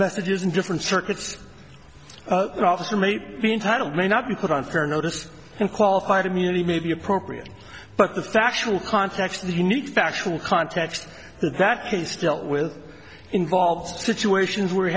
messages in different circuits officer may be entitled may not be put on fair notice and qualified immunity may be appropriate but the factual context the unique factual context that he still with involves situations where you